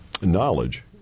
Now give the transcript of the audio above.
knowledge